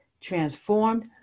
transformed